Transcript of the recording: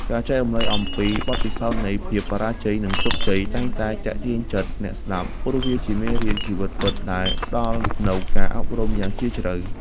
ការចែករំលែកអំពី បទពិសោធន៍នៃភាពបរាជ័យ និងជោគជ័យ តែងតែទាក់ទាញចិត្តអ្នកស្ដាប់ ព្រោះវាជាមេរៀនជីវិតពិតដែលផ្ដល់នូវការអប់រំយ៉ាងជ្រាលជ្រៅ។